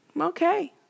Okay